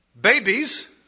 babies